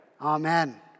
Amen